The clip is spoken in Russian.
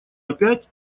опять